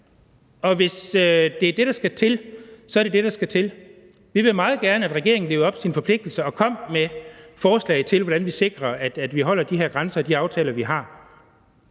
og hvis det er det, der skal til, så er det det, der skal til. Vi vil meget gerne, at regeringen lever op til sine forpligtelser og kommer med forslag til, hvordan vi sikrer, at vi holder de her grænser og de aftaler, vi har.